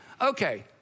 Okay